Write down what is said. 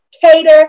cater